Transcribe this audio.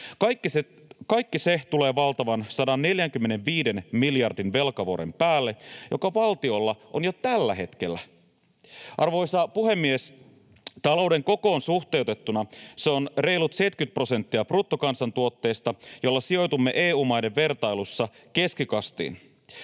Kaikki se tulee valtavan 145 miljardin velkavuoren päälle, joka valtiolla on jo tällä hetkellä. Arvoisa puhemies, talouden kokoon suhteutettuna se on reilut 70 prosenttia bruttokansantuotteesta, jolla sijoitumme EU-maiden vertailussa keskikastiin.